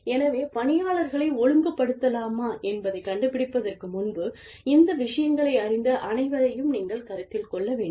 எனவே பணியாளர்களை ஒழுங்குபடுத்தலாமா என்பதைக் கண்டுபிடிப்பதற்கு முன்பு இந்த விஷயங்களை அறிந்த அனைவரையும் நீங்கள் கருத்தில் கொள்ள வேண்டும்